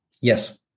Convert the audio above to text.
yes